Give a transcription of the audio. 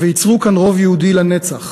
וייצרו כאן רוב יהודי לנצח,